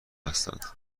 هستند